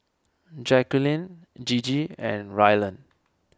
Jacqulyn Gigi and Ryland